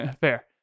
Fair